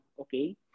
okay